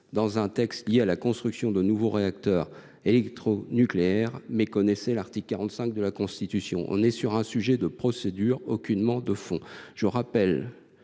à un texte relatif à la construction de nouveaux réacteurs électronucléaires méconnaissait l’article 45 de la Constitution. Il s’agit d’un sujet de procédure, aucunement de fond. Je rappelle